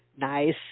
Nice